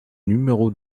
numéro